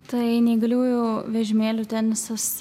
tai neįgaliųjų vežimėlių tenisas